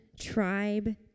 tribe